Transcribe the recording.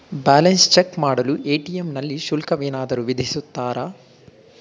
Balance check ಮಾಡಲು ATM ನಲ್ಲಿ ಶುಲ್ಕವೇನಾದರೂ ವಿಧಿಸುತ್ತಾರಾ?